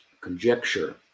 conjecture